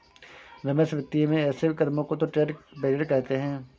रमेश वित्तीय में ऐसे कदमों को तो ट्रेड बैरियर कहते हैं